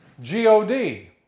G-O-D